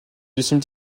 conseil